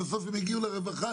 בסוף הם יגיעו לרווחה.